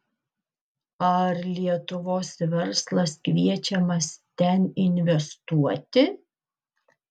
ar lietuvos verslas kviečiamas ten investuoti